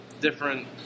different